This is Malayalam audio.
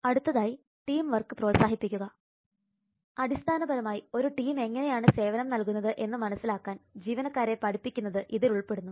അടുത്തതായി ടീം വർക്ക് പ്രോത്സാഹിപ്പിക്കുക അടിസ്ഥാനപരമായി ഒരു ടീം എങ്ങനെയാണ് സേവനം നൽകുന്നത് എന്ന് മനസ്സിലാക്കാൻ ജീവനക്കാരെ പഠിപ്പിക്കുന്നത് ഇതിലുൾപ്പെടുന്നു